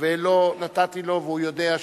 ולא נתתי לו והוא יודע שאני,